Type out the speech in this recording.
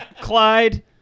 Clyde